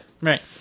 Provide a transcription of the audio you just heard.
Right